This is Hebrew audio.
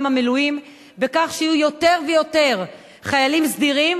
המילואים בכך שיהיו יותר ויותר חיילים סדירים,